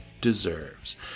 deserves